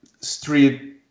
street